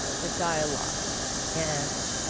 ah the dialogue and